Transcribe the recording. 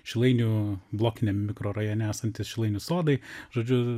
šilainių blokiniam mikrorajone esantys šilainių sodai žodžiu